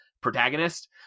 protagonist